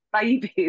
babies